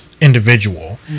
individual